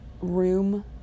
room